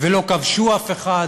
ולא כבשו אף אחד,